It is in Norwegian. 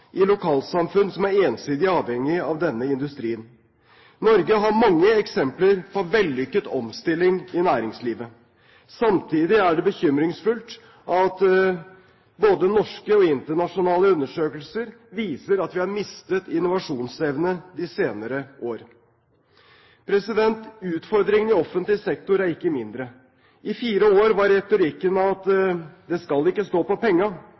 i lokalsamfunn som er ensidig avhengig av denne industrien. Norge har mange eksempler på vellykket omstilling i næringslivet. Samtidig er det bekymringsfullt at både norske og internasjonale undersøkelser viser at vi har mistet innovasjonsevne de senere år. Utfordringen i offentlig sektor er ikke mindre. I fire år var retorikken: Det skal ikke stå på